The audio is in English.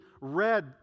read